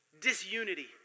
disunity